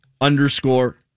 underscore